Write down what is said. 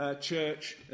church